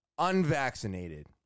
Unvaccinated